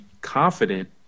confident